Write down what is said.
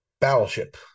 battleship